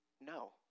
no